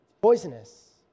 Poisonous